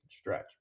stretch